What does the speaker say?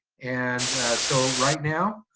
and so, right now,